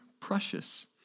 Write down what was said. precious